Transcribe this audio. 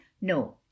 no